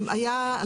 היה,